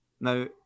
Now